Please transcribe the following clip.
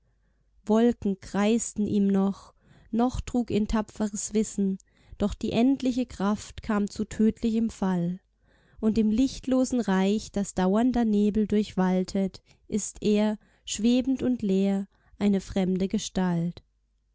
wolken kreisten ihm noch noch trug ihn tapferes wissen doch die endliche kraft kam zu tödlichem fall und im lichtlosen reich das dauernder nebel durchwaltet ist er schwebend und leer eine fremde gestalt